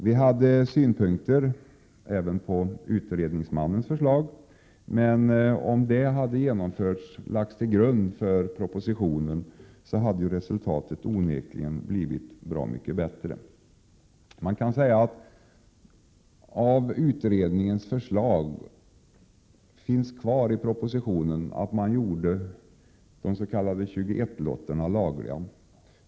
Vi i centern hade synpunkter även på utredningsmannens förslag, men om det förslaget hade lagts till grund för propositionen hade resultatet onekligen blivit bra mycket bättre. Man kan säga att vad som återstår i propositionen av utredningens förslag är att de s.k. 21-lotterna har gjorts lagliga.